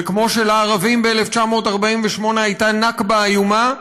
וכמו שלערבים ב-1948 הייתה נכבה איומה,